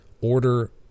order